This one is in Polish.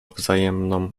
wzajemną